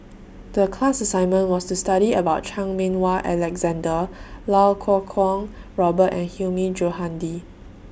The class assignment was to study about Chan Meng Wah Alexander Lau Kuo Kwong Robert and Hilmi Johandi